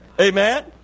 Amen